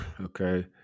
okay